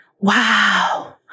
wow